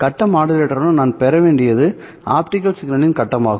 கட்ட மாடுலேட்டருடன் நான் பெற வேண்டியது ஆப்டிகல் சிக்னலின் கட்டமாகும்